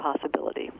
possibility